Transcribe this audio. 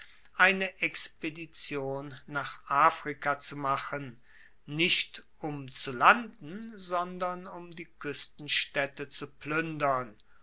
eine expedition nach afrika zu machen nicht um zu landen sondern um die kuestenstaedte zu pluendern